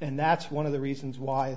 and that's one of the reasons why